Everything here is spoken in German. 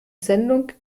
sendung